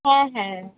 হ্যাঁ হ্যাঁ